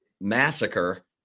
massacre